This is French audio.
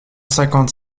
cinquante